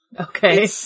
okay